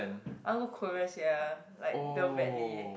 I want go Korea sia like damn badly